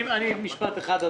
משפט אחד, אדוני.